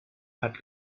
had